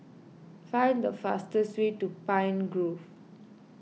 find the fastest way to Pine Grove